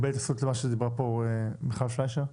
התייחסות לגבי מה שדיברה מיכל פליישר?